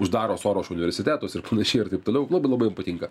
uždaro sorošo universitetus ir panašiai ir taip toliau labai labai patinka